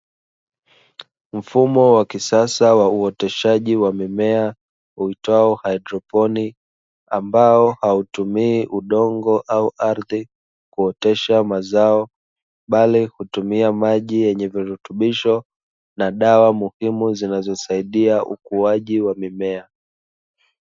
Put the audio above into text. Mfumo wa kisasa wa uoteshaji mimea huitwao haidroponi, ambao hautumii udongo au ardhi kuotesha mazao, bali hutumia maji yenye virutumisho na dawa muhimu zinazosaidia ukuaji wa mimea.